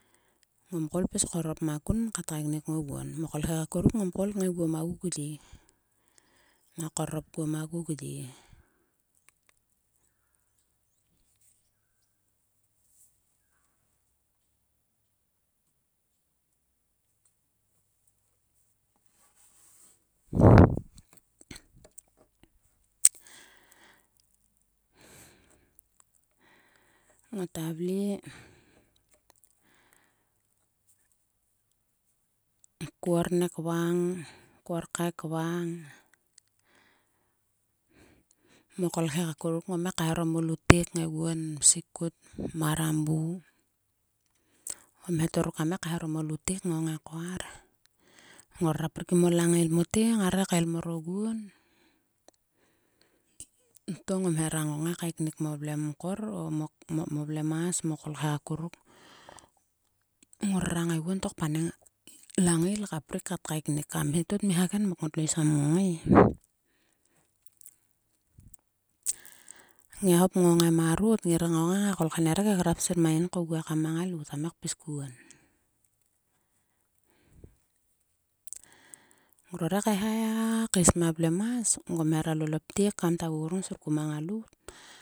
Ngom koul pis korop makun kat kaeknik oguo. Ma kolkhek akuruk ngom koul kngai guon ma gugye. Kngai korop kuo ma gugye. Ngota vle ko oraek vang. mo kolkhek akuruk ngom ngai kaeharom o lutek kngaiguon sikut. Marambu. O mhetor ruk kam ngai kaeharom olutek kngongai kngai ko arhe. Ngora prik kim o langial mote. ngare kail mor oguon. To ngom hera ngongai kaeknik mo vlemkor o mo vlemas. kolkha a kuruk. Ngorora ngai guon to kpaneng a langial kat prik kat kaiknik kam. A mhe to mi hagen mok ngotlo is kam ngongai e. Ngiak hop knongai marot. ngira ngong kngai a kolkha ner ngai gerap kris mang ngein oguo ekam a ngalout kam ngai kpis kuon. Ngror ngai kaeha eha keis ma vlemas. Ngom hera lol o ptiek kam kta grung sir ku ma ngau lout.